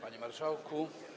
Panie Marszałku!